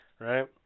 right